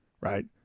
right